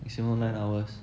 maximum nine hours